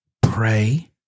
pray